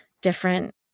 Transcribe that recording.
different